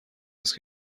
است